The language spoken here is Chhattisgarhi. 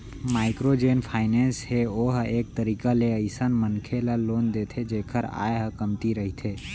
माइक्रो जेन फाइनेंस हे ओहा एक तरीका ले अइसन मनखे ल लोन देथे जेखर आय ह कमती रहिथे